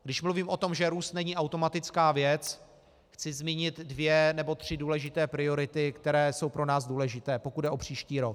Když mluvím o tom, že růst není automatická věc, chci zmínit dvě nebo tři důležité priority, které jsou pro nás důležité, pokud jde o příští rok.